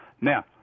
Now